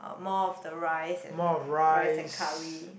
more of the rice and the rice and curry